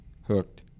Hooked